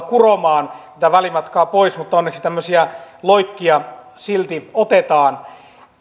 kuromaan tätä välimatkaa pois mutta onneksi tämmöisiä loikkia silti otetaan